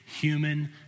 human